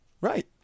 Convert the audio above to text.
Right